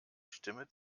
stimme